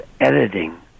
editing